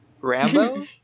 Rambo